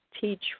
teach